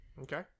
Okay